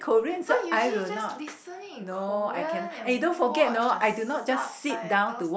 people usually just listening in Korean and watch the subtitles